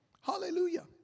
Hallelujah